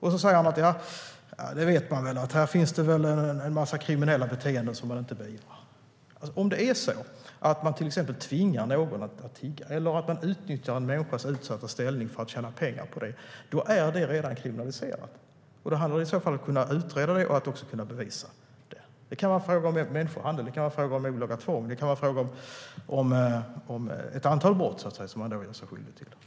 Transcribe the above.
Han säger också att man vet att det finns en massa kriminella beteenden som inte beivras. Att till exempel tvinga någon att tigga eller utnyttja en människas utsatta ställning för att tjäna pengar är redan kriminaliserat. Det handlar i så fall om att kunna utreda och bevisa det. Det kan vara fråga om människohandel, olaga tvång eller ett antal brott som man gör sig skyldig till.